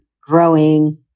growing